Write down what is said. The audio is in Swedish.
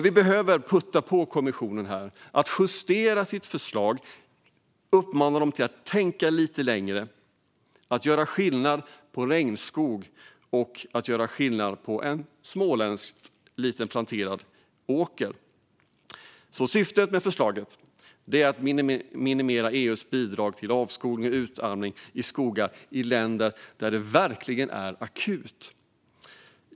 Vi behöver putta på kommissionen här mot att justera sitt förslag och uppmana dem att tänka lite längre och göra skillnad på regnskog och en liten planterad åker i Småland. Syftet med förslaget är att minimera EU:s bidrag till avskogning och utarmning av skogar i länder där det verkligen är akut.